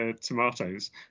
tomatoes